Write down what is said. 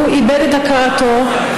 איבד את הכרתו,